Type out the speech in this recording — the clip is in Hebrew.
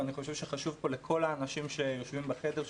ואני חושב שחשוב פה לכל האנשים שיושבים בחדר,